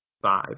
Five